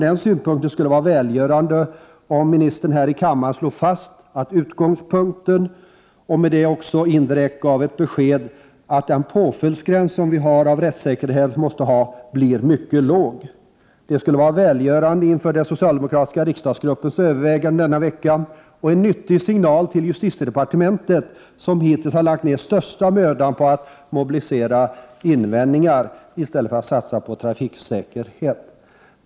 Det skulle vara välgörande om ministern här i kammaren slog fast den utgångspunkten och därmed också indirekt gav ett besked om att den påföljdsgräns som vi av rättssäkerhetsskäl måste ha blir mycket låg. Det skulle vara välgörande inför den socialdemokratiska riksdagsgruppens övervägande denna vecka och en nyttig signal till justitiedepartementet, som hittills har lagt ner största mödan på att mobilisera invändningar i stället för att satsa på trafiksäkerhetsfrämjande åtgärder.